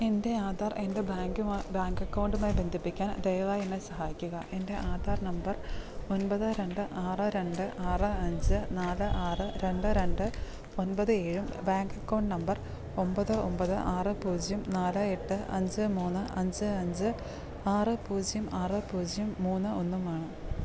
എൻ്റെ ആധാർ എൻ്റെ ബാങ്കുമായി ബാങ്ക് അക്കൌണ്ടുമായി ബന്ധിപ്പിക്കാൻ ദയവായി എന്നെ സഹായിക്കുക എൻ്റെ ആധാർ നമ്പർ ഒൻപത് രണ്ട് ആറ് രണ്ട് ആറ് അഞ്ച് നാല് ആറ് രണ്ട് രണ്ട് ഒൻപത് ഏഴും ബാങ്ക് അക്കൌണ്ട് നമ്പർ ഒമ്പത് ഒമ്പത് ആറ് പൂജ്യം നാല് എട്ട് അഞ്ച് മൂന്ന് അഞ്ച് അഞ്ച് ആറ് പൂജ്യം ആറ് പൂജ്യം മൂന്ന് ഒന്നും ആണ്